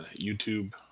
YouTube